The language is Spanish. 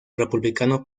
republicano